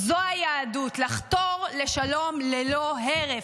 זו היהדות, לחתור לשלום ללא הרף.